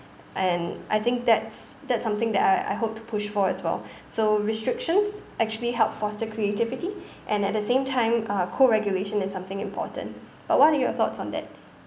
and I think that's that's something that I I hope to push for as well so restrictions actually help foster creativity and at the same time uh co-regulation is something important but what are your thoughts on that